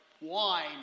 wine